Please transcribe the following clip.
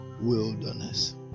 wilderness